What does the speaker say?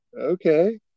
okay